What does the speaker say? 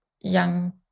young